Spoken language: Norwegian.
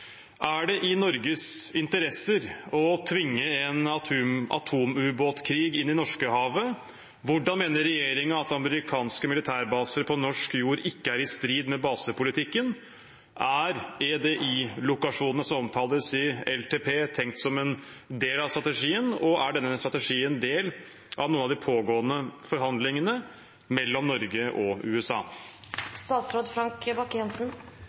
Er det i Norges interesser å tvinge en atomubåtkrig inn i Norskehavet, hvordan mener regjeringa at amerikanske militærbaser på norsk jord ikke er i strid med basepolitikken, er EDI-lokasjonene som omtales i LTP, tenkt som en del av denne nye strategien, og er denne nye strategien del av noen av de pågående forhandlingene mellom Norge og USA?»